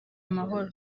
amahoro